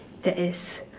that is